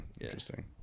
Interesting